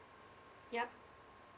ya